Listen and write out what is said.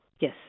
Yes